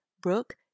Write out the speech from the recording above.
Brooke